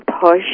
push